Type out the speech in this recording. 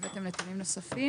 הבאתם נתונים נוספים?